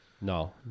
No